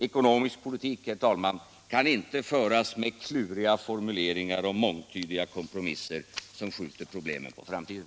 Ekonomisk politik kan inte föras med kluriga formuleringar och mångtydiga kompromisser, som skjuter problemen på framtiden.